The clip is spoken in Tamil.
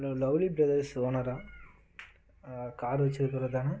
ஹலோ லவ்லி ப்ரதர்ஸ் ஓனரா கார் வச்சிருக்கவருதானே